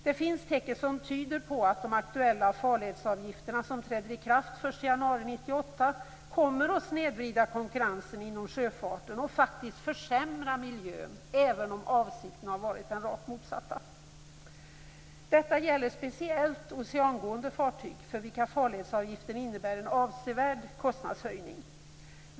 Det finns tecken som tyder på att de aktuella farledsavgifterna som träder i kraft den 1 januari 1998 kommer att snedvrida konkurrensen inom sjöfarten och faktiskt försämra miljön, även om avsikten har varit den rakt motsatta. Detta gäller speciellt oceangående fartyg för vilka farledsavgiften innebär en avsevärd kostnadshöjning.